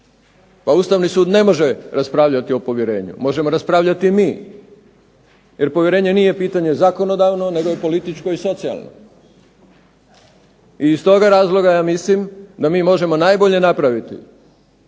A Ustavni sud ne može raspravljati o povjerenju, možemo raspravljati mi, jer povjerenje nije pitanje zakonodavno, nego je politički i socijalno. I iz toga razloga ja mislim da mi možemo najbolje napraviti